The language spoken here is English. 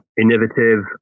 innovative